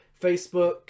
Facebook